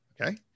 okay